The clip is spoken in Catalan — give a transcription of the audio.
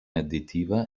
additiva